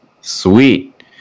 sweet